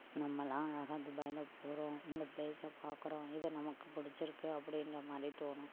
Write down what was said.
நம்மளா அழகாக துபாயில் போகறோம் இந்த பிளேஸை பார்க்குறோம் இது நமக்கு பிடிச்சிருக்கு அப்படின்ற மாதிரி தோணும்